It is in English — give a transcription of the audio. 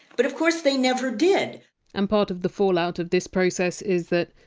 but of course they never did and part of the fallout of this process is that,